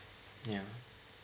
ya